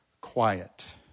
Quiet